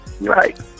right